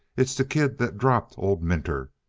it's the kid that dropped old minter.